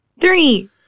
Three